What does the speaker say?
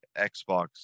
Xbox